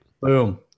Boom